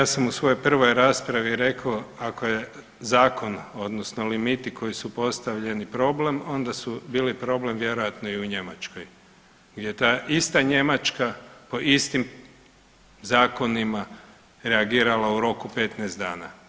Kolegice, ja sam u svojoj prvoj raspravi rekao, ako je zakon odnosno limiti koji su postavljeni problem, onda su bili problem vjerojatno i u Njemačkoj jer je ta ista Njemačka po istim zakonima reagirala u roku 15 dana.